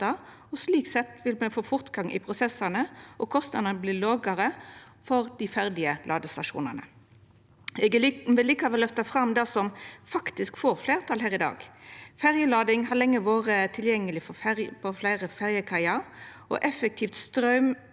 Slik sett vil me få fortgang i prosessane, og kostnadene vert lågare for dei ferdige ladestasjonane. Eg vil likevel løfta fram det som faktisk får fleirtal i dag. Ferjelading har lenge vore tilgjengeleg på fleire ferjekaier, og effekt og straum